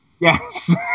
Yes